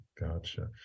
gotcha